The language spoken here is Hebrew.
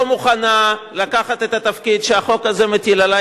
מוכנה לקחת את התפקיד שהחוק הזה מטיל עלי,